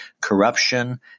corruption